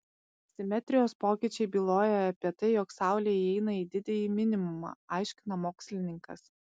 simetrijos pokyčiai byloja apie tai jog saulė įeina į didįjį minimumą aiškina mokslininkas